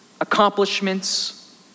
accomplishments